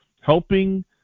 helping